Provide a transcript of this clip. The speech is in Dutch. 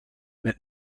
met